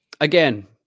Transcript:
again